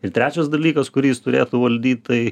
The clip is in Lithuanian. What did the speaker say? ir trečias dalykas kurį jis turėtų valdyt tai